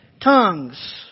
Tongues